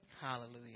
Hallelujah